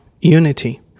unity